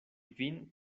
vin